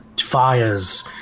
fires